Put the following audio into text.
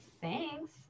Thanks